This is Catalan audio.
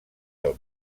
del